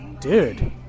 Dude